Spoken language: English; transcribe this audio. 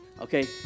okay